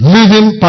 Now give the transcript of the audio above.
Living